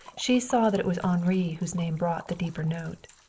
she saw that it was henri whose name brought the deeper note.